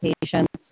patients